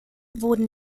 wurden